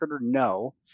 No